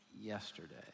yesterday